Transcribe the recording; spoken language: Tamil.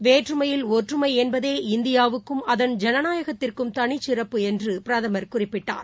வேற்றுமையில் ஒற்றுமைஎன்பதே இந்தியாவுக்கும் அதன் ஐனநாயகத்திற்கும் தனிச்சிறப்பு என்றுபிரதமர் குறிப்பிட்டார்